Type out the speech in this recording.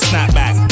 Snapback